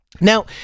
Now